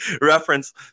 reference